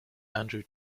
andrew